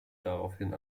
daraufhin